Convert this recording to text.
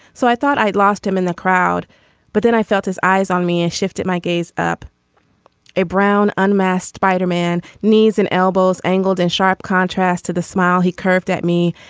so i thought i'd lost him in the crowd but then i felt his eyes on me and shift at my gaze up a brown unmasked spider-man knees and elbows angled in sharp contrast to the smile he curved at me.